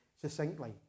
succinctly